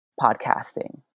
podcasting